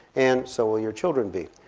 and so will your children be.